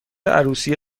عروسی